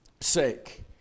sake